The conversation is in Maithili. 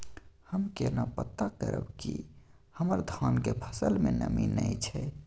हम केना पता करब की हमर धान के फसल में नमी नय छै?